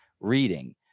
reading